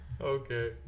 Okay